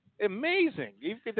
amazing